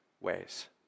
ways